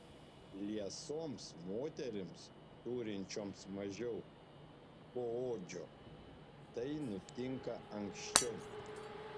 liesoms moterims turinčioms mažiau poodžio tai nutinka anksčiau